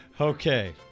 Okay